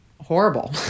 horrible